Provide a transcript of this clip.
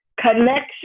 connection